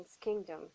kingdom